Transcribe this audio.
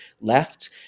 left